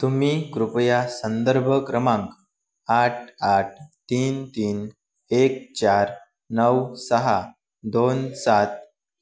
तुम्ही कृपया संदर्भ क्रमांक आठ आठ तीन तीन एक चार नऊ सहा दोन सात